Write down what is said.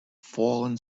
fallen